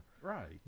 Right